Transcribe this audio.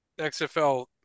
XFL